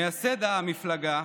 מייסד המפלגה,